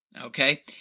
Okay